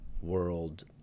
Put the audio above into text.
world